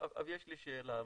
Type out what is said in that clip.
יש לי שאלה.